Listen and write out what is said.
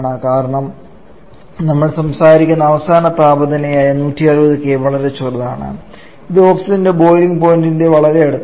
കാരണം നമ്മൾ സംസാരിക്കുന്ന അവസാന താപനിലയായ 160K വളരെ ചെറുതാണ് ഇത് ഓക്സിജന്റെ ബോയിലിംഗ് പോയിൻറ് ൻറെ വളരെ അടുത്താണ്